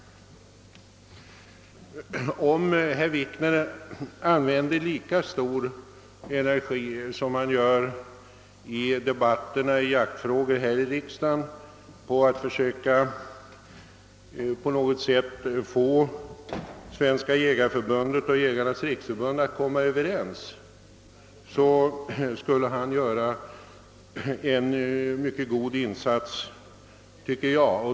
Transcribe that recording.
Om herr Wikner använde lika stor energi som han gör i debatterna om jaktfrågor här i riksdagen på att på något sätt försöka få Svenska jägareförbundet och Jägarnas riksförbund att komma överens, skulle han göra en mycket god in sats.